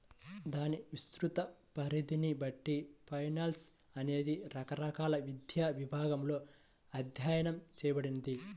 దాని విస్తృత పరిధిని బట్టి ఫైనాన్స్ అనేది రకరకాల విద్యా విభాగాలలో అధ్యయనం చేయబడతది